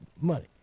money